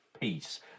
peace